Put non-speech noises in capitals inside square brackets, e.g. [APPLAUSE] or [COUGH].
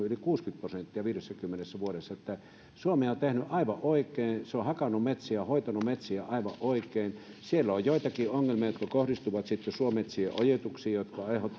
[UNINTELLIGIBLE] yli kuusikymmentä prosenttia viidessäkymmenessä vuodessa joten suomi on tehnyt aivan oikein se on on hakannut metsiä hoitanut metsiä aivan oikein siellä on joitakin ongelmia jotka kohdistuvat suometsien ojituksiin mikä on aiheuttanut